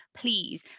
please